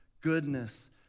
goodness